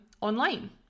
online